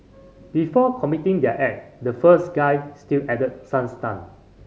before committing their act the first guy still acted some stunt